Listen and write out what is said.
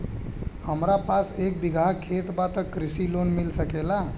हमरा पास एक बिगहा खेत बा त कृषि लोन मिल सकेला?